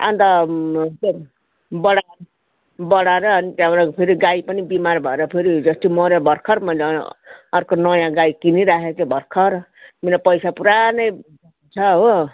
अन्ता त्यो बढा बढाएर अनि त्यहाँबाट फेरि गाई पनि बिमार भरए फेरि हिजअस्ति मर्यो भर्खर मैले अर्को नयाँ गाई किनिराखेथेँ भर्खर मेरो पैसा पुरा नै जान्छ हो